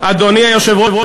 אדוני היושב-ראש,